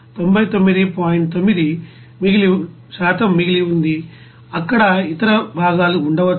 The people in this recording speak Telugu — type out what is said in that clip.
9 మిగిలి ఉంది అక్కడ ఇతర భాగాలు ఉండవచ్చు